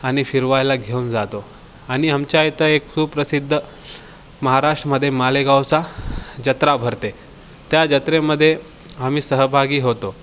आणि फिरवायला घेऊन जातो आणि आमच्या इथं एक सुप्रसिद्ध महाराष्ट्रमध्ये मालेगावचा जत्रा भरते त्या जत्रेमदे आम्ही सहभागी होतो